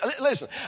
Listen